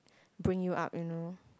bring you up you know